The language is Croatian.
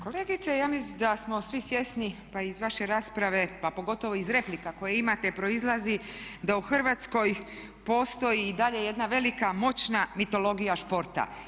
Kolegice ja mislim da smo svi svjesni, pa i iz vaše rasprave, pa pogotovo iz replika koje imate proizlazi da u Hrvatskoj postoji i dalje jedna velika moćna mitologija športa.